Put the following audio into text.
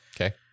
Okay